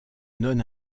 non